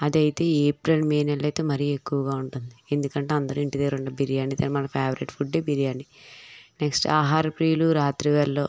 అదైతే April May నెలలో అయితే మరీ ఎక్కువ ఉంటుంది ఎందుకంటే అందరూ ఇంటిదగ్గర ఉండడం బిర్యానీ తెమ్మనడం ఫేవరేట్ ఫుడ్డే బిర్యానీ నెక్స్ట్ ఆహార ప్రియులు రాత్రివేళ్లలో